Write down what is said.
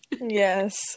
Yes